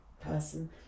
person